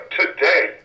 today